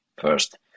first